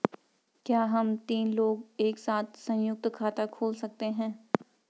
क्या हम तीन लोग एक साथ सयुंक्त खाता खोल सकते हैं?